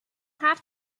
have